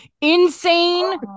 insane